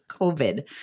COVID